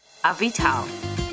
Avital